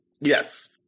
yes